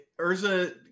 Urza